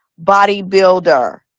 bodybuilder